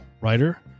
writer